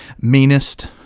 meanest